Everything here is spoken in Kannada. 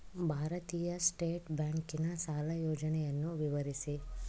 ಭಾರತೀಯ ಸ್ಟೇಟ್ ಬ್ಯಾಂಕಿನ ಸಾಲ ಯೋಜನೆಯನ್ನು ವಿವರಿಸಿ?